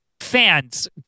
fans